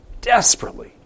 desperately